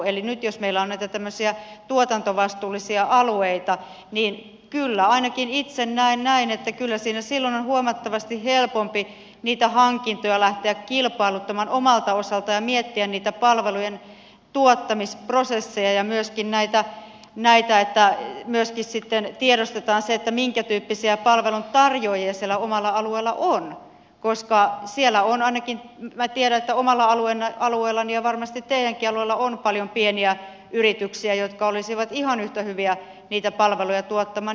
eli nyt jos meillä on näitä tämmöisiä tuotantovastuullisia alueita niin kyllä ainakin itse näen näin että kyllä siinä silloin on huomattavasti helpompi niitä hankintoja lähteä kilpailuttamaan omalta osalta ja miettiä niitä palvelujen tuottamisprosesseja ja myöskin näitä että myöskin tiedostetaan se minkätyyppisiä palveluntarjoajia omalla alueella on koska siellä on ainakin minä tiedän että omalla alueellani ja varmasti teidänkin alueella on paljon pieniä yrityksiä jotka olisivat ihan yhtä hyviä niitä palveluja tuottamaan